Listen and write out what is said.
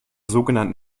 sogenannten